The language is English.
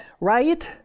right